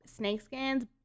Snakeskins